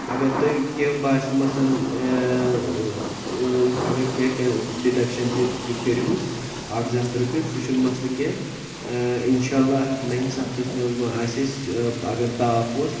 اَگر تۄہہِ کیٚنٛہہ باسوٕ مَثلن اَگر کیٚنٛہہ کیٚنٛہہ ڈِڈکشن تہِ کٔرہوٗس اکہ زٕ ہَتھ رۄپیہِ سُہ چھُ نہٕ مَسلہٕ کیٚنہہ انشااللہ نٔوِس ہَفتَس منٛز ما آسہِ اَسہِ اَگر تاپھ اوس